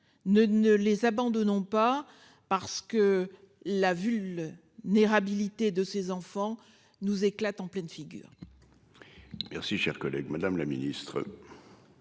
ne les abandonnons pas, parce que la ville n'est habilité de ses enfants nous éclate en pleine figure.